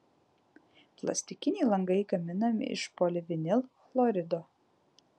plastikiniai langai gaminami iš polivinilchlorido